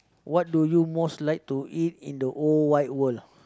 what do you most like to eat in the whole wide world